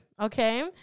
okay